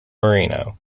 marino